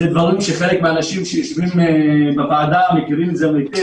אלו דברים שחלק מהאנשים שיושבים בוועדה מכירים היטב,